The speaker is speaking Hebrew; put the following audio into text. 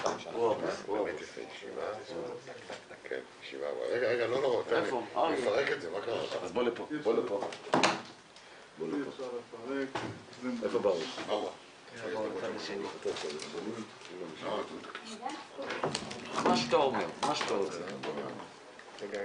11:43.